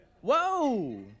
Whoa